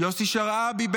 יוסי שרעבי,